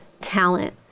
talent